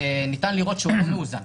ניתן לראות שהוא לא מאוזן.